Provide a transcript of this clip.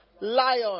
lion